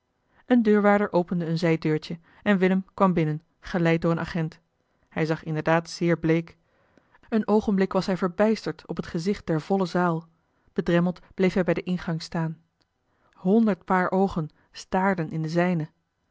een deurwaarder opende een zijdeurtje en willem kwam binnen geleid door een agent hij zag inderdaad zeer bleek een oogenblik was hij verbijsterd op het gezicht der volle zaal bedremmeld bleef hij bij den ingang staan honderd paar oogen staarden in de zijne